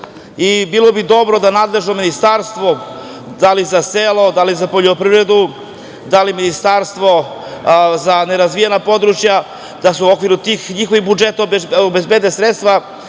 Bilo bi dobro da nadležno ministarstvo, da li za selo, da li za poljoprivredu, da li Ministarstvo za nerazvijena područja da u okviru tih njihovih budžeta obezbede sredstva,